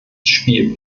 spiel